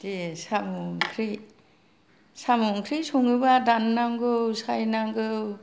दे साम' ओंख्रि साम' ओंख्रि सङोबा दाननांगौ सायनांगौ